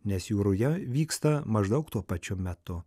nes jų ruja vyksta maždaug tuo pačiu metu